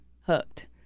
hooked